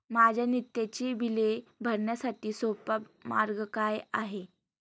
माझी नित्याची बिले भरण्यासाठी सोपा मार्ग काय आहे?